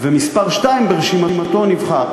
ומספר שתיים ברשימתו נבחר.